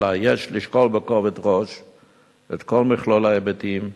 אלא יש לשקול בכובד ראש את מכלול ההיבטים,